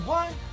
one